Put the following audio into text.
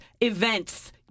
events